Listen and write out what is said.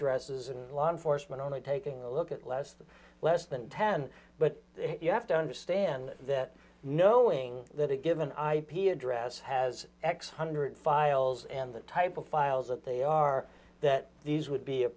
addresses and law enforcement only taking a look at less than less than ten but you have to understand that knowing that a given ip address has x hundred files and that type of files that they are that these would be a